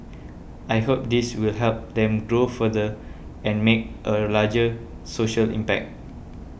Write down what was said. I hope this will help them grow further and make a larger social impact